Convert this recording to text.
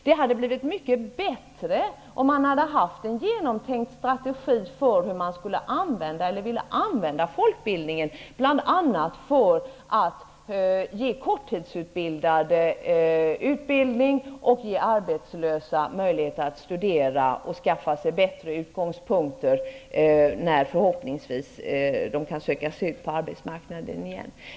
Det hade blivit mycket bättre om man hade haft en genomtänkt strategi för hur man skulle använda folkbildningen, bl.a. för att ge korttidsutbildade utbildning och för att ge arbetslösa möjligheter att studera och skaffa sig bättre utgångspunkter tills de förhoppningsvis kan söka sig ut på arbetsmarknaden igen.